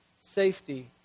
safety